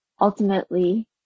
ultimately